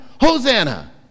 hosanna